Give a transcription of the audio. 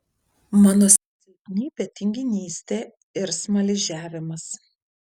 mano silpnybė tinginystė ir smaližiavimas